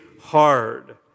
hard